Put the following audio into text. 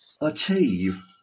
achieve